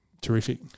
terrific